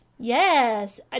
Yes